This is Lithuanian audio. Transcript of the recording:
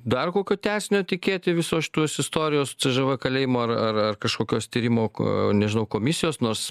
dar kokio tęsinio tikėti visos šitos istorijos c ž v kalėjimo ar ar ar kažkokios tyrimų ko nežinau komisijos nors